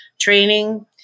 training